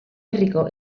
herriko